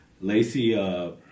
Lacey